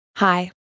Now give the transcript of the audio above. Hi